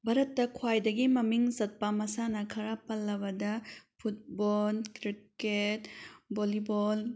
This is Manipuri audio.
ꯚꯥꯔꯠꯇ ꯈ꯭ꯋꯥꯏꯗꯒꯤ ꯃꯃꯤꯡ ꯆꯠꯄ ꯃꯁꯥꯟꯅ ꯈꯔ ꯄꯜꯂꯕꯗ ꯐꯨꯠꯕꯣꯜ ꯀ꯭ꯔꯤꯀꯦꯠ ꯕꯣꯂꯤꯕꯣꯜ